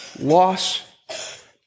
loss